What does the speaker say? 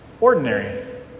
ordinary